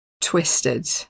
twisted